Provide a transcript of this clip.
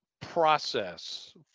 process